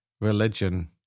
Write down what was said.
religion